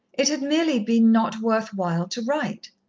it had merely been not worth while to write.